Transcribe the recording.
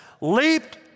leaped